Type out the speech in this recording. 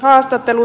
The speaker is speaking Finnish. sipilä